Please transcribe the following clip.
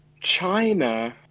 China